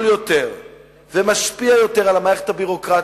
יותר ומשפיע יותר על המערכת הביורוקרטית.